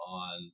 on